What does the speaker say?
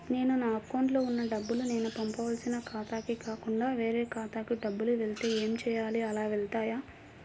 నేను నా అకౌంట్లో వున్న డబ్బులు నేను పంపవలసిన ఖాతాకి కాకుండా వేరే ఖాతాకు డబ్బులు వెళ్తే ఏంచేయాలి? అలా వెళ్తాయా?